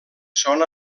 són